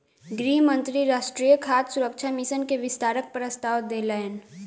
गृह मंत्री राष्ट्रीय खाद्य सुरक्षा मिशन के विस्तारक प्रस्ताव देलैन